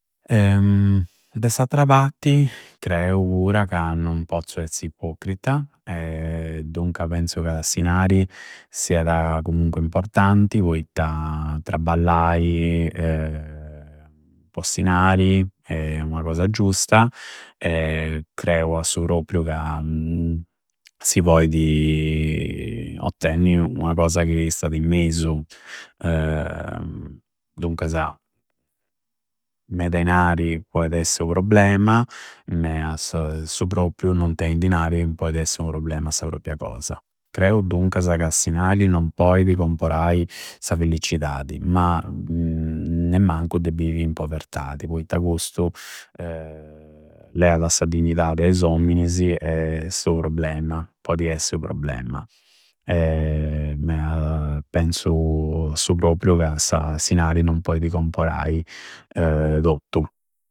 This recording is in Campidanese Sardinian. De s'attra patti creu pura ca non pozzu esti ipocrita. Dunca penzu ca s'inari siada comunque importanti poitta trabballai po s'inari e ua cosa giusta creu a su propriu ca si poidi ottenni ua cosa chi istada in mesu. Duncasa meda inari poidi essi u problema, me a su propriu noun tei dinari poidi essi u problema a sa propria cosa. Creu duncasa ca s'inari non poidi comporai sa felliccidadi ma nemmancu de bivi in povertadi poitta custu leada sa dignidadi a is omminis e su problema podi essi u problema ma penzu a supropriu ca s'inari non poidi comporai tottu.